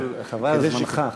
חבל על זמנך,